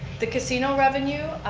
the casino revenue,